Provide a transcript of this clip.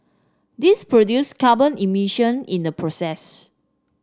this produce carbon emission in the process